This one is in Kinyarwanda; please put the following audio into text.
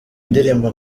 indirimbo